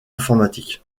informatique